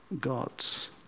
gods